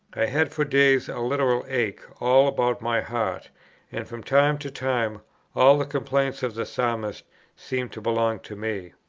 i had for days a literal ache all about my heart and from time to time all the complaints of the psalmist seemed to belong to me.